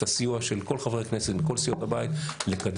את הסיוע של כל חברי הכנסת מכל סיעות הבית לקדם